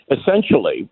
essentially